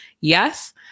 Yes